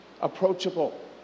approachable